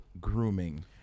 Grooming